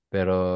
Pero